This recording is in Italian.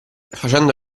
facendo